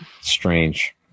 Strange